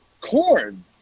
corn